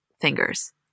Fingers